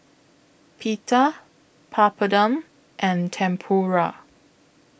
Pita Papadum and Tempura